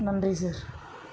நன்றி சார்